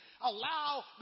allow